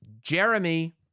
Jeremy